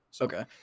Okay